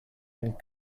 and